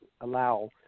allow